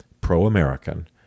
pro-American